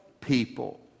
people